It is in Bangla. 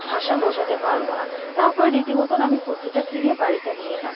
ভাষা বোঝাতে পারবো না তারপরে রীতিমতোন আমি কুর্তিটা কিনে বাড়িতে নিয়ে এলাম